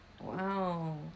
wow